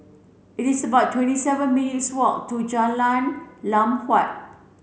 it's about twenty seven minutes' walk to Jalan Lam Huat